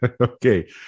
Okay